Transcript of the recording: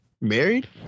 married